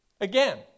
Again